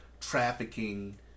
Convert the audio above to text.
trafficking